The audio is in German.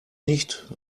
nicht